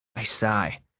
i sigh.